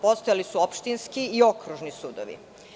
Postojali su opštinski i okružni sudovi.